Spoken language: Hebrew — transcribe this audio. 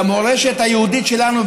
למורשת היהודית שלנו.